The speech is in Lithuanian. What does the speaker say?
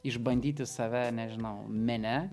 išbandyti save nežinau mene